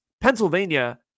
Pennsylvania